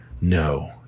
No